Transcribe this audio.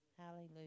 Hallelujah